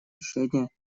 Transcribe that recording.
решение